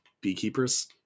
beekeepers